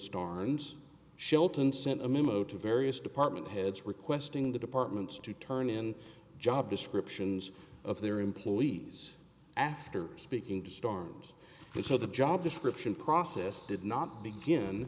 memo to various department heads requesting the departments to turn in job descriptions of their employees after speaking to stars they said the job description process did not begin